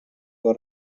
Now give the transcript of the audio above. les